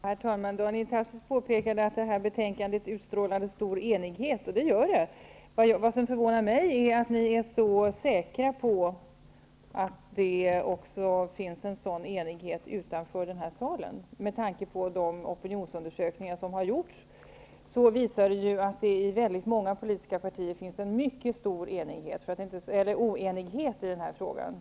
Herr talman! Daniel Tarschys påpekade att betänkandet utstrålar stor enighet, och det gör det. Men det förvånar mig att ni är så säkra på att det också finns en sådan enighet utanför den här salen. De opinionsundersökningar som har gjorts visar att det i många politiska partier finns en mycket stor oenighet i den här frågan.